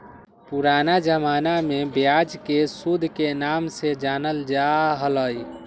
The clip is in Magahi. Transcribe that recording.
पुराना जमाना में ब्याज के सूद के नाम से जानल जा हलय